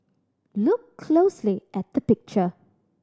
look closely at the picture